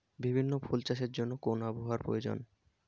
বিভিন্ন ফুল চাষের জন্য কোন আবহাওয়ার প্রয়োজন?